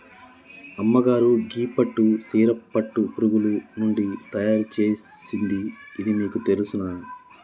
అమ్మగారు గీ పట్టు సీర పట్టు పురుగులు నుండి తయారు సేసింది ఇది మీకు తెలుసునా